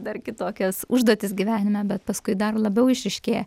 dar kitokias užduotis gyvenime bet paskui dar labiau išryškėja